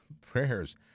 prayers